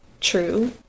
true